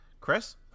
Chris